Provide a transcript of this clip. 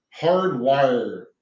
hardwire